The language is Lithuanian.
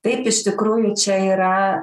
taip iš tikrųjų čia yra